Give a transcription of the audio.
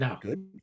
good